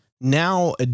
now